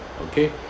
Okay